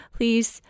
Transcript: Please